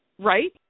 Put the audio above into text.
Right